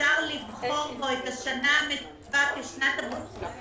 אפשר לבחור בו את השנה הנקובה כשנת 18'